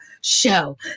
show